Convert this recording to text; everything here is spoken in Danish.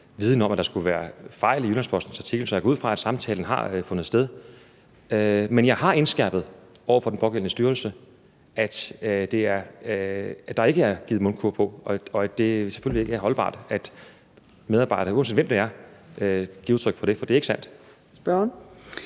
viden om, at der skulle være fejl i Jyllands-Postens artikel, så jeg går ud fra, at samtalen har fundet sted. Men jeg har indskærpet over for den pågældende styrelse, at der ikke er givet mundkurv på, og at det selvfølgelig ikke er holdbart, at medarbejdere – uanset hvem det er – giver udtryk for det, for det er ikke sandt. Kl. 15:37